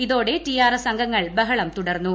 ഇതോടെ ടി ആർ എസ് അംഗങ്ങൾ ബഹളം തുടർന്നു